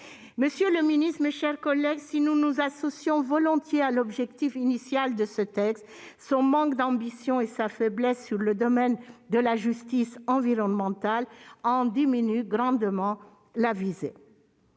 Monsieur le ministre, mes chers collègues, si nous nous associons volontiers à l'objectif initial de ce texte, nous constatons que son manque d'ambition et sa faiblesse en matière de justice environnementale en diminuent grandement la visée.